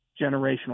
generational